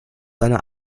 einer